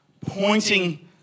pointing